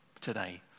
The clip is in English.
today